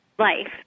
life